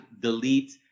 delete